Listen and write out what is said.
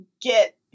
get